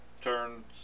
turns